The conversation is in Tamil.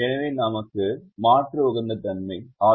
எனவே நமக்கு மாற்று உகந்த தன்மை உள்ளது